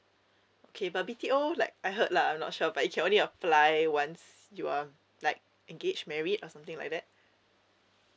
okay but B_T_O like I heard lah I'm not sure but you can only apply once you are like engaged married or something like that